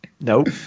Nope